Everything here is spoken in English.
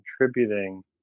contributing